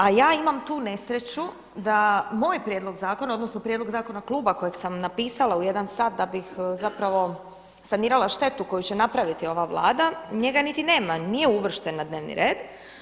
A ja imam tu nesreću da moj prijedlog zakona odnosno prijedlog zakona kluba kojeg sam napisala u jedan sat, da bih zapravo sanirala štetu koju će napraviti ova Vlada, njega niti nema, nije uvršten na dnevni red.